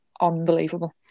unbelievable